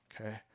okay